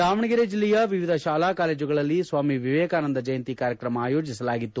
ದಾವಣಗೆರೆ ಜಿಲ್ಲೆಯ ವಿವಿಧ ಶಾಲಾ ಕಾಲೇಜುಗಳಲ್ಲಿ ಸ್ವಾಮಿ ವೇಕಾನಂದ ಜಯಂತಿ ಕಾರ್ಯಕ್ರಮ ಆಯೋಜಸಲಾಗಿತ್ತು